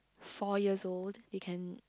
four years old they can